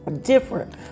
different